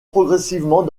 progressivement